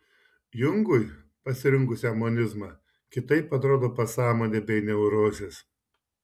jungui pasirinkusiam monizmą kitaip atrodo pasąmonė bei neurozės